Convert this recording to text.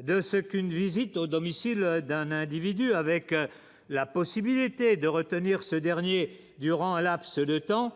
de ce qu'une visite au domicile d'un individu avec la possibilité de retenir ce dernier durant un laps de temps